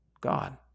God